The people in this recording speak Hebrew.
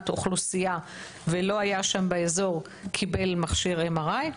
אוכלוסייה ולא היה שם באזור קיבל מכשיר MRI,